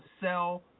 sell